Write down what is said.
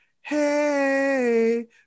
hey